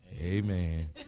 Amen